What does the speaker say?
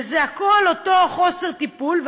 וזה הכול אותו חוסר טיפול,